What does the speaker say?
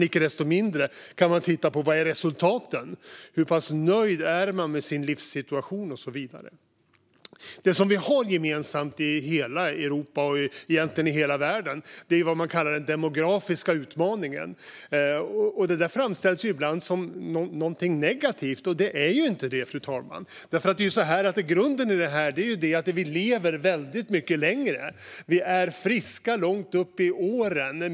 Icke desto mindre går det att titta på resultaten, hur pass nöjd man är med sin livssituation och så vidare. Det som vi har gemensamt i hela Europa och egentligen i hela världen är vad man kallar den demografiska utmaningen. Det framställs ibland som någonting negativt. Det är inte det, fru talman. I grunden lever vi väldigt mycket längre. Vi är friska långt upp i åren.